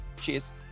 Cheers